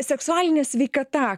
seksualinė sveikata